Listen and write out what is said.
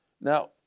Now